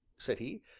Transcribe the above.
said he,